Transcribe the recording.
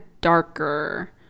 darker